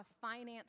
finance